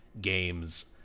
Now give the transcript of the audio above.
games